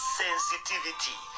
sensitivity